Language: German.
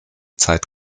zeit